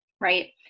right